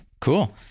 cool